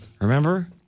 Remember